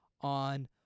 on